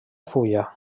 fulla